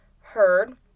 heard